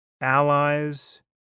allies